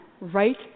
right